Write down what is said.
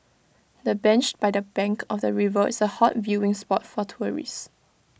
the bench by the bank of the river is A hot viewing spot for tourists